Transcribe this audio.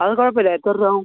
അത് കുഴപ്പമില്ല എത്ര രൂപയാവും